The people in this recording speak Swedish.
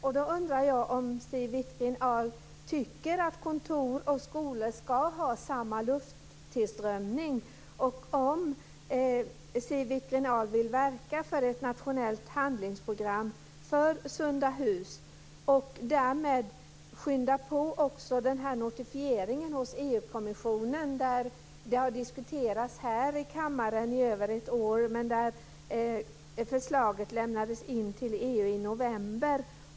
Jag undrar om Siw Wittgren-Ahl tycker att kontor och skolor ska ha lika god lufttillströmning. Vill Siw Wittgren-Ahl verka för ett nationellt handlingsprogram för sunda hus och därmed skynda på notifieringen hos EU-kommissionen? Frågan har diskuterats här i riksdagen i över ett år, men förslaget lämnades in till EU i november.